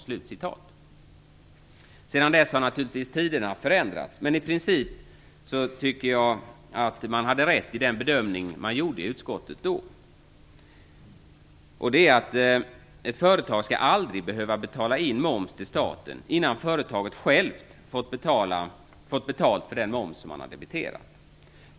Sedan dess har tiderna naturligtvis förändrats, men i princip tycker jag att utskottet hade rätt i den bedömning man då gjorde. Ett företag skall aldrig behöva betala in moms till staten förrän företaget självt har fått in den moms det har debiterat.